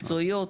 מקצועיות,